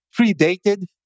predated